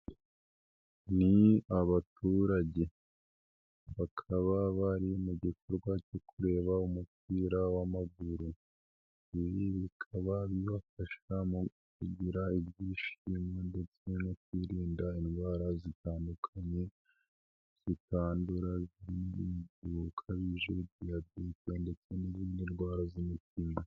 Ni abaturage bakaba bari mu gikorwa cyo kureba umupira w'amaguru. Ibi bikaba bibafasha mu kugira ibyishimo ndetse no kwirinda indwara zitandukanye ndetse n'izindi ndwara. z'imitima